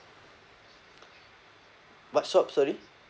what stop sorry